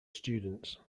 students